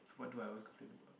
it's what do I always complain about